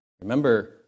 Remember